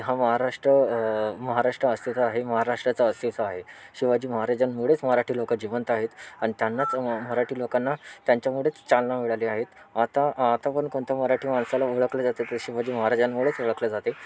ह्या महाराष्ट्र महाराष्ट्र अस्तित्वात आहे महाराष्ट्राचं अस्तित्व आहे शिवाजी महाराजांमुळेच मराठी लोकं जिवंत आहेत आणि त्यांनाचं मराठी लोकांना त्यांच्यामुळेच चालना मिळाली आहेत आता आता पण कोणत्या मराठी माणसाला ओळखले जाते तर ते शिवाजी महाराजांमुळेच ओळखले जाते